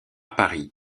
paris